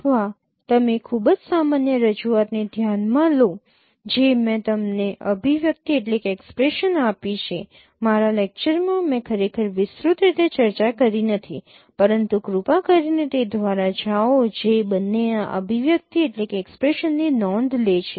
અથવા તમે ખૂબ જ સામાન્ય રજૂઆતને ધ્યાનમાં લો જે મેં તમને અભિવ્યક્તિ આપી છે મારા લેક્ચરમાં મેં ખરેખર વિસ્તૃત રીતે ચર્ચા કરી નથી પરંતુ કૃપા કરીને તે દ્વારા જાઓ જે બંને આ અભિવ્યક્તિ ની નોંધ લે છે